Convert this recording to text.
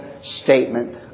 Statement